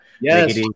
Yes